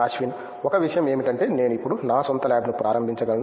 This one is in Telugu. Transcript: అశ్విన్ ఒక విషయం ఏమిటంటే నేను ఇప్పుడు నా స్వంత ల్యాబ్ను ప్రారంభించగలను